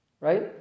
right